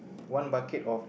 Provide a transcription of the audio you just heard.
one bucket of